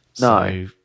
No